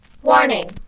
Warning